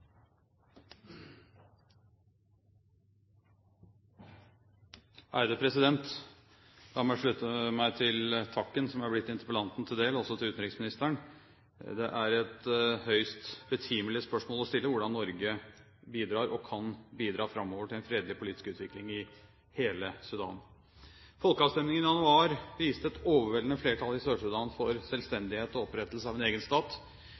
et høyst betimelig spørsmål å stille hvordan Norge bidrar og kan bidra framover til en fredelig politisk utvikling i hele Sudan. Folkeavstemningen i januar viste et overveldende flertall i Sør-Sudan for selvstendighet og opprettelse av en egen stat.